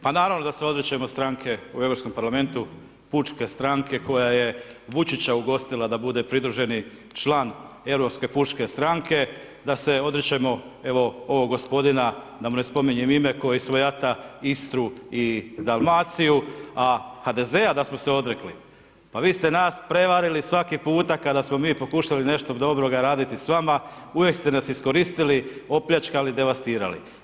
Pa naravno da se odričemo stranke u Europskom parlamentu, Pučke stranke koja je Vučića ugostila da bude pridruženi član Europske pučke stranke, da se odričemo evo ovog gospodina, da mu ne spominjem ime koji svojata Istru i Dalmaciju, a HDZ-a da smo se odrekli, pa vi ste nas prevarili svaki puta kada smo mi pokušali nešto dobroga raditi s vama, uvijek ste nas iskoristili, opljačkali, devastirali.